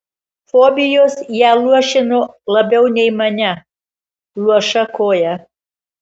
fobijos ją luošino labiau nei mane luoša koja